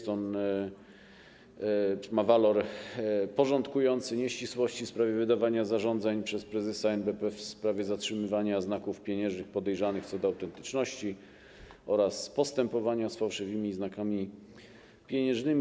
Ma on walor porządkujący nieścisłości w sprawie wydawania zarządzeń przez prezesa NBP w sprawie zatrzymywania znaków pieniężnych podejrzanych co do autentyczności oraz postępowania z fałszywymi znakami pieniężnymi.